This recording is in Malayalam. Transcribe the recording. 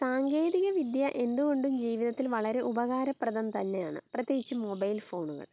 സാങ്കേതികവിദ്യ എന്തുകൊണ്ടും ജീവിതത്തിൽ വളരെ ഉപകാരപ്രദം തന്നെയാണ് പ്രത്യേകിച്ചും മൊബൈൽ ഫോണുകൾ